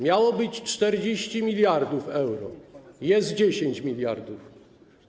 Miało być 40 mld euro, jest 10 mld.